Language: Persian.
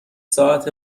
ساعت